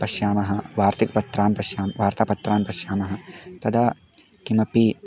पश्यामः वार्तापत्राणि पश्यामः वार्तापत्राणि पश्यामः तदा किमपि